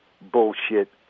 bullshit